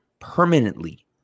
permanently